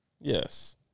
Yes